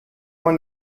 man